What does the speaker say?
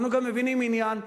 אנחנו גם מבינים עניין,